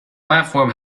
platform